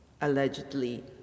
allegedly